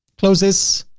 close this.